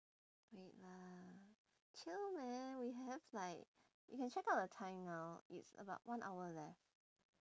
wait lah chill man we have like you can check out the time now it's about one hour left